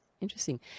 Interesting